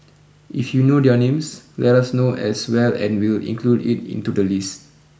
if you know their names let us know as well and we'll include it into the list